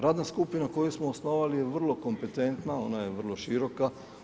Radna skupina koju smo osnovali je vrlo kompetentna, ona je vrlo široka.